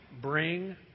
bring